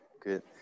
good